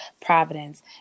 providence